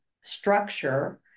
structure